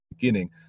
beginning